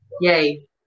Yay